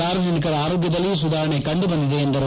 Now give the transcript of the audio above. ಸಾರ್ವಜನಿಕರ ಆರೋಗ್ದದಲ್ಲಿ ಸುಧಾರಣೆ ಕಂಡು ಬಂದಿದೆ ಎಂದರು